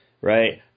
Right